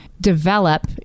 develop